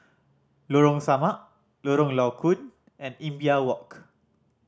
Lorong Samak Lorong Low Koon and Imbiah Walk